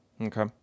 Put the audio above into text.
Okay